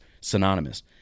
synonymous